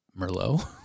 Merlot